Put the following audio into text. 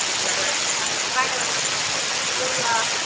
whether it's domestic violence or pedophilia,